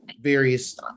various